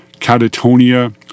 Catatonia